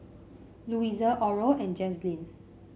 Louisa Oral and Jazlene